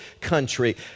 country